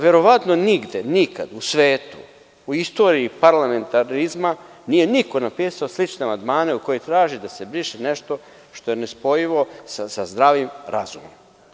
Verovatno, nikad, nikad u svetu, u istoriji parlamentarizma, nije niko napisao slične amandmane u kojima traži da se briše nešto što je nespojivo sa zdravim razumom.